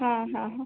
हां हां हां